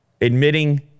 admitting